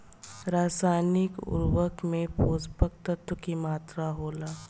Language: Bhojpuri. रसायनिक उर्वरक में पोषक तत्व की मात्रा होला?